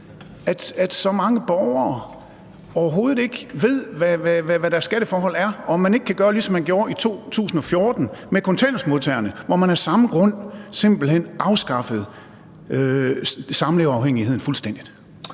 at så mange borgere overhovedet ikke ved, hvad deres skatteforhold er, og om man ikke kan gøre, ligesom man gjorde i 2014 med kontanthjælpsmodtagerne, hvor man af samme grund simpelt hen afskaffede samleverafhængigheden fuldstændig.